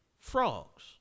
frogs